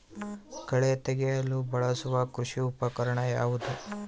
ಕಳೆ ತೆಗೆಯಲು ಬಳಸುವ ಕೃಷಿ ಉಪಕರಣ ಯಾವುದು?